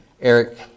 Eric